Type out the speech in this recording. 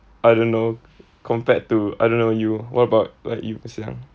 I don't know compared to I don't know you what about like you sia